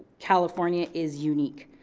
california is unique,